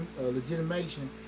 legitimation